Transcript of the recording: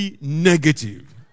negative